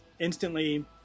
instantly